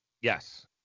Yes